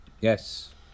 Yes